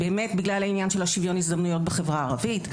באמת בגלל העניין של שוויון ההזדמנויות בחברה הערבית.